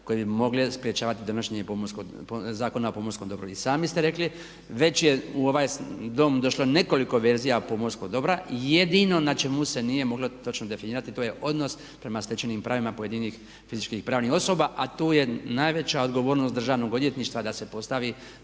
koje bi mogle sprječavati donošenje Zakona o pomorskom dobru. I sami ste rekli već je u ovaj Dom došlo nekoliko verzija pomorskog dobra. Jedino na čemu se nije moglo točno definirati to je odnos prema stečenim pravima pojedinih fizičkih i pravnih osoba, a tu je najveća odgovornost Državnog odvjetništva da se postavi